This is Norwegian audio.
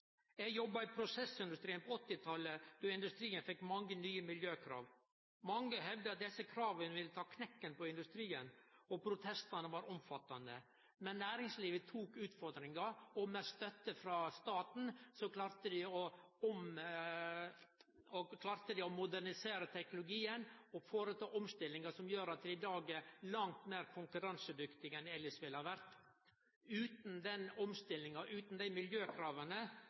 Eg jobba i prosessindustrien på 1980-talet, då industrien fekk mange nye miljøkrav. Mange hevda desse krava ville ta knekken på industrien, og protestane var omfattande. Men næringslivet tok utfordringa, og med støtte frå staten klarte dei å modernisere teknologien og foreta omstillingar som gjer at dei i dag er langt meir konkurransedyktige enn dei elles ville ha vore. Utan den omstillinga, utan dei miljøkrava,